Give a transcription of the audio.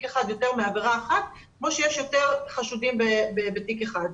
אחד יש יותר מעבירה אחת כמו שיש יותר חשודים בתיק אחד.